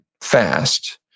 fast